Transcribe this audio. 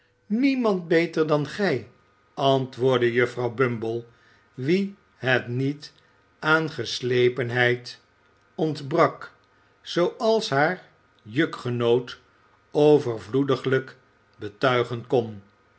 niemand beter dan gij antwoordde juffrouw bumble wie het niet aan geslepenheid ontbrak zooals haar jukgenoot overvloediglijk betuigen kon